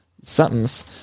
somethings